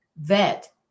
vet